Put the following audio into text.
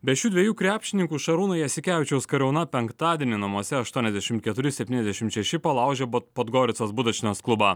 be šių dviejų krepšininkų šarūno jasikevičiaus kariauna penktadienį namuose aštuoniasdešimt keturi septyniasdešimt šeši palaužė podgoricos budašinos klubą